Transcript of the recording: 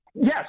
Yes